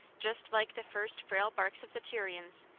just like the first frail barks of the tyrians,